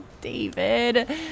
David